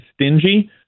stingy